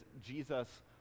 jesus